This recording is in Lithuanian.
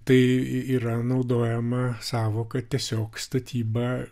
tai yra naudojama sąvoka tiesiog statyba